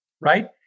right